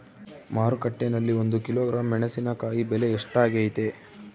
ಮಾರುಕಟ್ಟೆನಲ್ಲಿ ಒಂದು ಕಿಲೋಗ್ರಾಂ ಮೆಣಸಿನಕಾಯಿ ಬೆಲೆ ಎಷ್ಟಾಗೈತೆ?